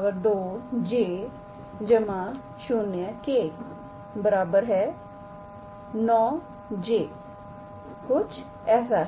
𝑗̂ 0𝑘̂ 9𝑗̂ कुछ ऐसा है